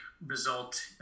result